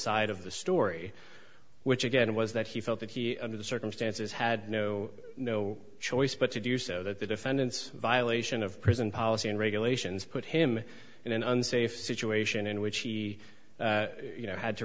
side of the story which again was that he felt that he under the circumstances had no no choice but to do so that the defendant's violation of prison policy and regulations put him in an unsafe situation in which he